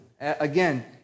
Again